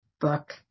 Book